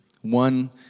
One